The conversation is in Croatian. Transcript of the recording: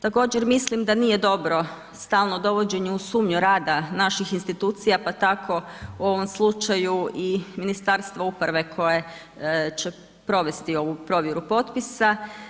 Također mislim da nije dobro stalno dovođenje u sumnju rada naših institucija pa tako u ovom slučaju i Ministarstva uprave koje će provesti ovu provjeru potpisa.